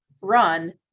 run